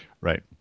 Right